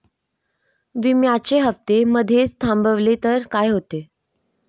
विम्याचे हफ्ते मधेच थांबवले तर काय होते?